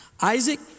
Isaac